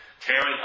tearing